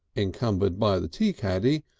encumbered by the tea-caddy,